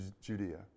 Judea